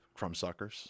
Crumbsuckers